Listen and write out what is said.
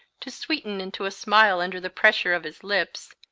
to sweeten into a smile under the pressure of his lips,